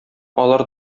алар